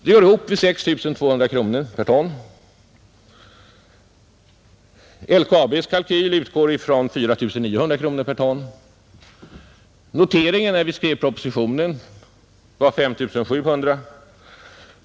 Det går ihop vid 6 200 kronor per ton. LKAB:s kalkyl utgår från 4900 kronor per ton. Noteringen när vi skrev propositionen var 5 700.